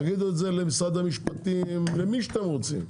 תגידו את זה למשרד המשפטים, למי שאתם רוצים,